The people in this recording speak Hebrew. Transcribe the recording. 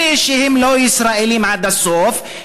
אלה שהם לא ישראלים עד הסוף,